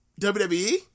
WWE